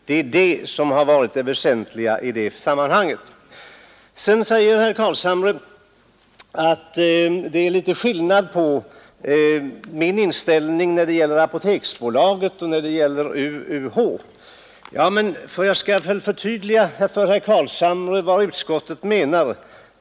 Det är detta som har varit det väsentliga här. Sedan sade herr Carlshamre att det är skillnad på min inställning när det gäller Apoteksbolaget och när det gäller UUH. Då vill jag förtydliga för herr Carlshamre vad utskottet menar.